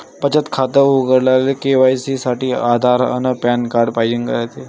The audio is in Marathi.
बचत खातं उघडाले के.वाय.सी साठी आधार अन पॅन कार्ड पाइजेन रायते